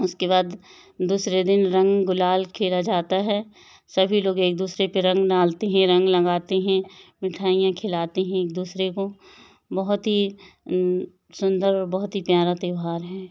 उसके बाद दूसरे दिन रंग गुलाल खेला जाता है सभी लोग एक दूसरे के रंग डालते हैं रंग लगाते हैं मिठाइयाँ खिलाते हैं एक दूसरे को बहुत ही सुंदर और बहुत ही प्यारा त्यौहार है